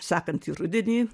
sekantį rudenį